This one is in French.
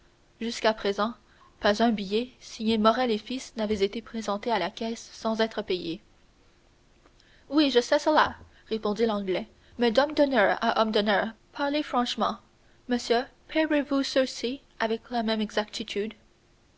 jusqu'à présent pas un billet signé morrel et fils n'a été présenté à la caisse sans être payé oui je sais cela répondit l'anglais mais d'homme d'honneur à homme d'honneur parlez franchement monsieur paierez vous ceux-ci avec la même exactitude